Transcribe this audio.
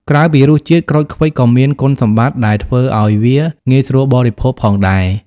ក្រៅពីរសជាតិ ក្រូចឃ្វិចក៏មានគុណសម្បត្តិដែលធ្វើឲ្យវាងាយស្រួលបរិភោគផងដែរ។